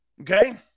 okay